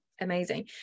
amazing